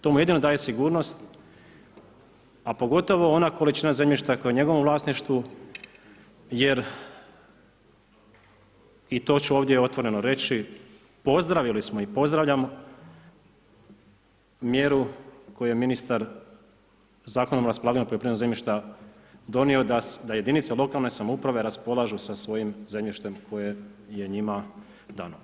To mu jedino daje sigurnost a pogotovo ona količina zemljišta, koja je u njegovom vlasništvu, jer i to ću ovdje otvoreno reći, pozdravili smo i pozdravljam mjeru, koju je ministar Zakonom o raspolaganju poljoprivrednog zemljišta, donio da jedinice lokalne samouprave raspolažu sa svojim zemljištem koje je njima dano.